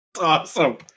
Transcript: awesome